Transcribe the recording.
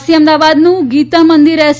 આજથી અમદાવાદનું ગીતામંદિર એસ